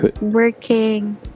working